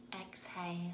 exhale